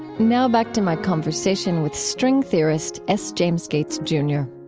now back to my conversation with string theorist s. james gates jr